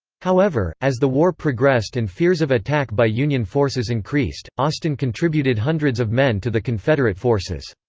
however, as the war progressed and fears of attack by union forces increased, austin contributed hundreds of men to the confederate forces.